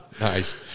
Nice